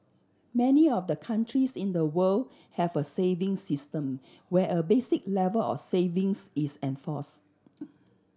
many of the countries in the world have a savings system where a basic level of savings is enforced